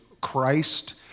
Christ